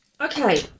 okay